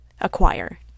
acquire